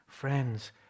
Friends